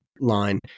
line